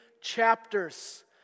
chapters